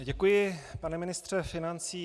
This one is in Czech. Děkuji, pane ministře financí.